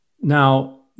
Now